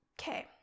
okay